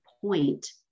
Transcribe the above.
point